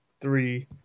three